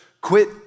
quit